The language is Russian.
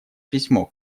письмо